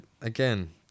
again